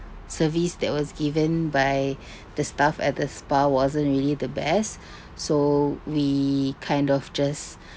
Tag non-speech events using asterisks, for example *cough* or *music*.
service that was given by *breath* the staff at the spa wasn't really the best *breath* so we kind of just *breath*